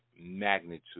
magnitude